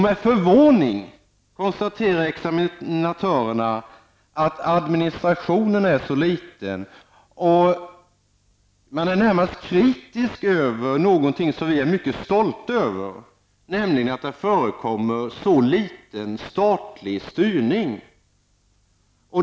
Med förvåning konstaterar examinatörerna att administrationen är så liten. Man är närmast kritisk över någonting som vi är mycket stolta över, nämligen att det förekommer så litet statlig styrning.